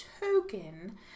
token